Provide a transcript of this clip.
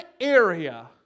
area